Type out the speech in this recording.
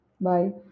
Bye